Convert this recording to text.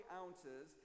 ounces